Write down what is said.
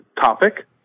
topic